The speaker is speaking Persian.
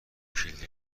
کلید